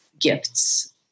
gifts